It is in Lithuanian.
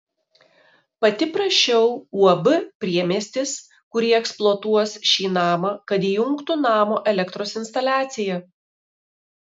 pati prašiau uab priemiestis kuri eksploatuos šį namą kad įjungtų namo elektros instaliaciją